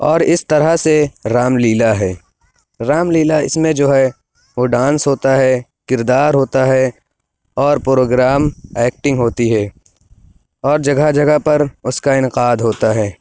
اور اِس طرح سے رام لیلا ہے رام لیلا اِس میں جو ہے وہ ڈانس ہوتا ہے کردار ہوتا ہے اور پروگرام ایکٹنگ ہوتی ہے اور جگہ جگہ پر اُس کا اِنعقاد ہوتا ہے